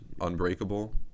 unbreakable